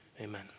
Amen